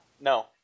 No